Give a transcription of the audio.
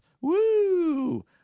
Woo